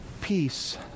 Peace